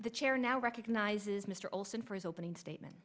the chair now recognizes mr olson for his opening statement